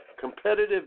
Competitive